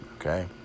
okay